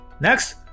Next